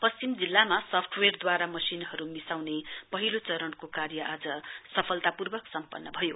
पश्चिम जिल्लामा सफ्टेवेयरदुवारा मशिनहरु मिसाउने पहिलो चरणको कार्य आज सफलतापूर्वक सम्पन्न भयो